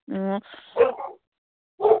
ꯑꯣ